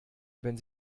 wenn